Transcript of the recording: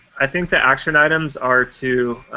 i think the action items are to